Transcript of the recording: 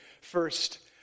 First